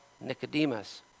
Nicodemus